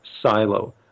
silo